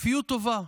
כפיות טובה.